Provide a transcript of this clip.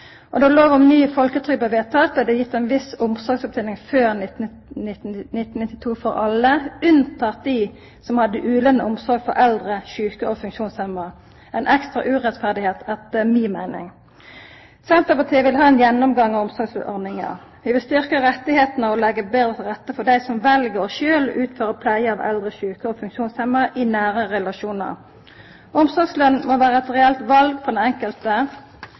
omsorgsarbeid. Då lova om ny folketrygd blei vedteken, blei det gitt ei viss omsorgsopptening før 1992 for alle, bortsett frå dei som hadde ulønna omsorg for eldre, sjuke og funksjonshemma – ei ekstra urettferdigheit, etter mi meining. Senterpartiet vil ha ein gjennomgang av omsorgslønsordninga. Vi vil styrkja rettane og leggja betre til rette for dei som sjølve vel å utføra pleie av eldre, sjuke og funksjonshemma i nære relasjonar. Omsorgsløn må vera eit reelt val for den enkelte,